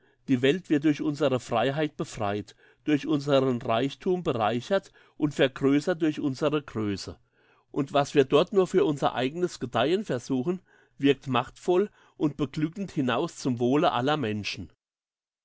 die welt wird durch unsere freiheit befreit durch unseren reichthum bereichert und vergrössert durch unsere grösse und was wir dort nur für unser eigenes gedeihen versuchen wirkt machtvoll und beglückend hinaus zum wohle aller menschen